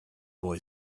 boy